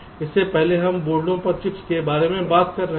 इससे पहले हम बोर्डों पर चिप्स के बारे में बात कर रहे हैं